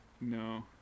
No